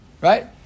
right